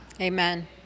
Amen